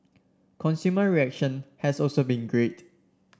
consumer reaction has also been great